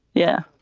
yeah,